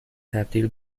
تبدیل